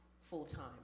full-time